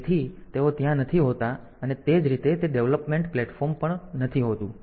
તેથી તેઓ ત્યાં નથી હોતા અને તે જ રીતે તે ડેવલપમેન્ટ પ્લેટફોર્મ પણ નથી હોતું